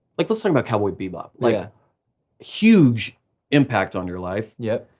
like let's talk about cowboy bebop. like yeah huge impact on your life. yep.